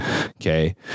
Okay